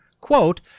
quote